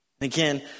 Again